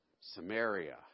Samaria